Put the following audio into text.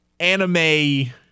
Anime